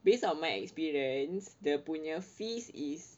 based on my experience dia punya fees is